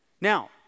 Now